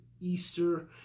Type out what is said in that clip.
Easter